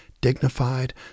...dignified